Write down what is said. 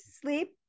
sleep